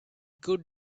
good